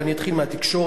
ואני אתחיל מהתקשורת.